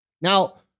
Now